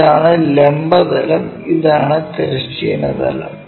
ഇതാണ് ലംബ തലം ഇതാണ് തിരശ്ചീന തലം